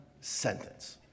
sentence